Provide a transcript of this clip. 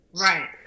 Right